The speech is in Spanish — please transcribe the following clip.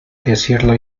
decidirlo